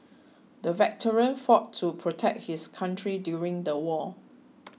the veteran fought to protect his country during the war